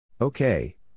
Okay